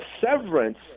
severance